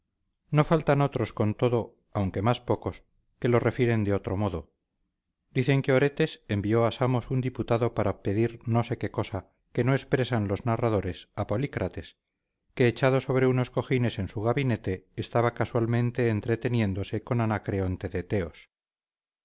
no faltan otros con todo aunque más pocos que lo refieren de otro modo dicen que oretes envió a samos un diputado para pedir no sé qué cosa que no expresan los narradores a polícrates que echado sobre unos cojines en su gabinete estaba casualmente entreteniéndose con anacreonte de teos